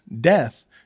death